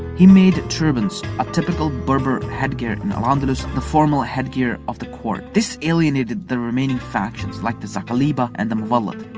he made turbans, a typically berber headgear in al-andalus, the formal headgear of the court. this alienated the remaining factions like the saqaliba and the muwallad.